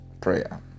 prayer